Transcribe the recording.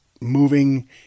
moving